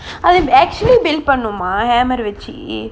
I am actually been பண்ணுமா:pannuma hammer வச்சி:vachi